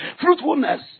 Fruitfulness